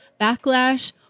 backlash